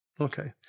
Okay